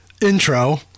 intro